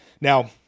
Now